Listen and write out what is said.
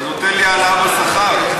אתה נותן לי העלאה בשכר?